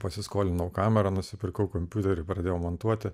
pasiskolino kamerą nusipirkau kompiuterį pradėjau montuoti